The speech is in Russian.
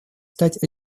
стать